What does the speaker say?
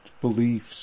beliefs